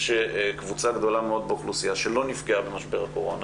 יש קבוצה גדולה מאוד באוכלוסייה שלא נפגעה במשבר הקורונה,